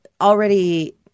already